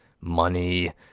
money